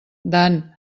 dan